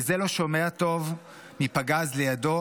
וזה לא שומע טוב מפגז לידו,